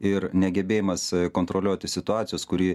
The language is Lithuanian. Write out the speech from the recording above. ir negebėjimas kontroliuoti situacijos kuri